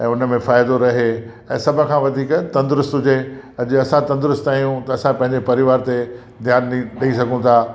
ऐं उन में फ़ाइदो रहे ऐं सभु खां वधीक तंदुरुस्त हुजे अॼु जीअं असां तंदुरुस्त आहियूं त असां पंहिंजे परिवार ते ध्यानु ॾे ॾेई सघूं था